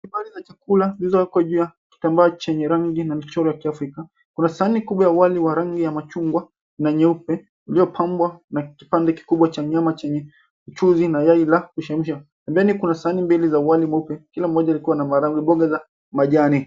Hifadhi za chakula zilizoko juu ya kitambaa chenye rangi na michoro ya Kiafrika. Kuna sahani kubwa ya wali wa rangi ya machungwa na nyeupe uliopambwa na kipande kikubwa cha nyama chenye mchuzi na yai la kuchemsha. Pembeni kuna sahani mbili za wali mweupe, kila mmoja alikuwa na marangi mboga za majani.